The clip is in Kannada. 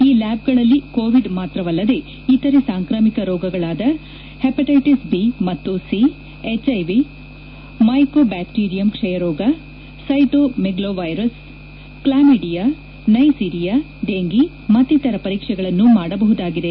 ಈ ಲ್ಲಾಬ್ಗಳಲ್ಲಿ ಕೋವಿಡ್ ಮಾತ್ರವಲ್ಲದೆ ಇತರೆ ಸಾಂಕ್ರಾಮಿಕ ರೋಗಗಳಾದ ಹೈಪಟಟಸ್ ಬಿ ಮತ್ತು ಸಿ ಎಚ್ಐವಿ ಮೈಕೋಬ್ಹಾಕ್ಷೀರಿಯಂ ಕ್ಷಯರೋಗ ಸೈಟೋಮೆಗ್ಲೋವೈರಸ್ ಕ್ಲಾಮೈಡಿಯಾ ನೈಸೀರಿಯಾ ಡೆಂಫಿ ಮತ್ತಿತರ ಪರೀಕ್ಷೆಗಳನ್ನು ಮಾಡಬಹುದಾಗಿದೆ